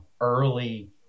early